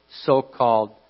so-called